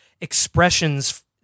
expressions